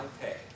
pay